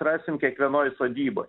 rasim kiekvienoj sodyboj